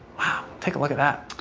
wow, take a look at that.